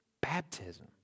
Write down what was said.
Baptism